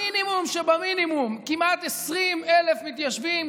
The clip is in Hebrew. המינימום שבמינימום: כמעט 20,000 מתיישבים,